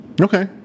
Okay